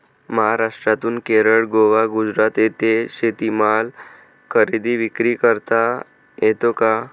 महाराष्ट्रातून केरळ, गोवा, गुजरात येथे शेतीमाल खरेदी विक्री करता येतो का?